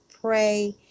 pray